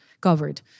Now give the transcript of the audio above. covered